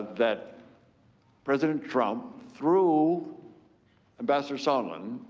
that president trump through ambassador so and and